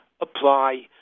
apply